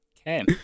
Okay